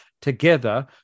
Together